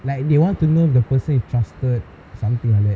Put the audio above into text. like they want to know if the person is trusted or something like that